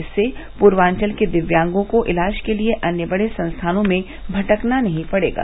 इससे पूर्वान्चल के दिव्यांगों को इलाज के लिए अन्य बड़े संस्थानों में भटकना नहीं पड़ेगा